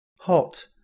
Hot